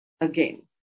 again